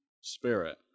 spirit